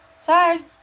Sorry